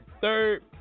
third